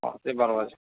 মাসে বারো হাজার